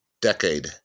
decade